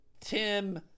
Tim